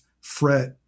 fret